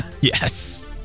Yes